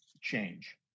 change